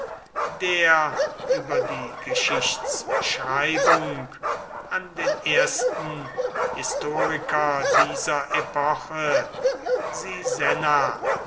der über die geschichtschreibung an den ersten historiker dieser epoche sisenna